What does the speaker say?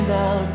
now